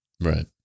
Right